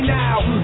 now